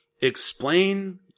explain